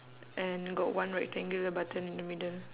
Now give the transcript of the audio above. and got one rectangular button in the middle